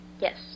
Yes